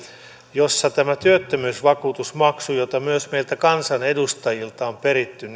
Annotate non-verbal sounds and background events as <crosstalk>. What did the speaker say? jossa tämä työttömyysvakuutusmaksu jota myös meiltä kansanedustajilta on peritty <unintelligible>